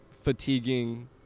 fatiguing